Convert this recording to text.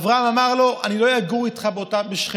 אברהם אמר לו: אני לא אגור איתך בשכנות.